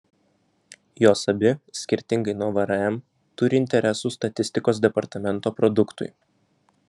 jos abi skirtingai nuo vrm turi interesų statistikos departamento produktui